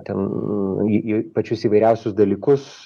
ten į į pačius įvairiausius dalykus